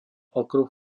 okruh